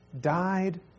died